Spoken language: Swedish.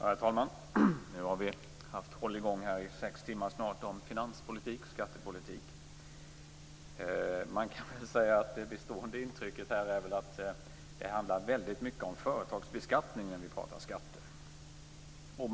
Herr talman! Nu har vi hållit i gång här i snart sex timmar med finanspolitik och skattepolitik. Det bestående intrycket är att det handlar väldigt mycket om företagsbeskattning när vi diskuterar skatter.